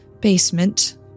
basement